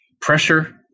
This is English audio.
pressure